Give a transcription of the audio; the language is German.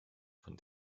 von